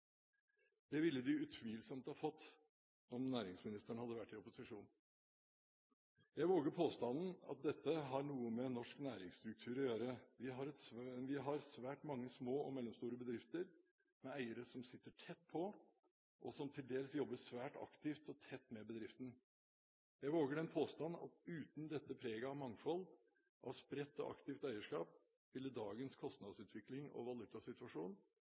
Det ville de utvilsomt ha fått om næringsministeren hadde vært i opposisjon. Jeg våger påstanden om at dette har noe med norsk næringsstruktur å gjøre. Vi har svært mange små og mellomstore bedrifter med eiere som sitter tett på, og som til dels jobber svært aktivt og tett med bedriften. Jeg våger den påstand at uten dette preget av mangfold og spredt og aktivt eierskap, ville dagens kostnadsutvikling og valutasituasjon